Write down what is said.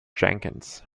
jenkins